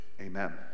amen